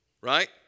right